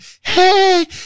hey